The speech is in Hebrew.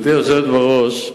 גברתי היושבת בראש,